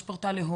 יש פורטל להורים.